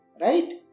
right